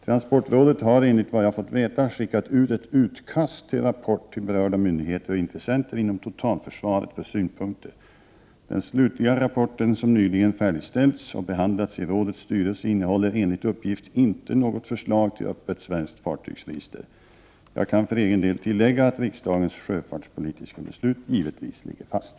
Transportrådet har enligt vad jag fått veta skickat ut ett utkast till rapport till berörda myndigheter och intressenter inom totalförsvaret för synpunkter. Den slutliga rapporten, som nyligen färdigställts och behandlats i rådets styrelse, innehåller enligt uppgift inte något förslag till öppet svenskt fartygsregister. Jag kan för egen del tillägga att riksdagens sjöfartspolitiska beslut givetvis ligger fast.